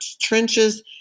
trenches